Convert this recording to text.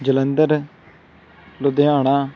Jalandhar Ludhiana